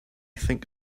think